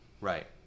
Right